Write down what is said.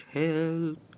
help